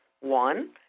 one